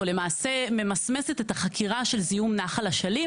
או למעשה ממסמסת את החקירה של זיהום נחל אשלים.